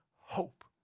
hope